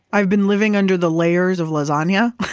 i've been living under the layers of lasagna